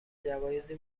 جوایزی